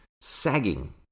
sagging